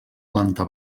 planta